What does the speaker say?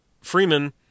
Freeman